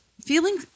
feeling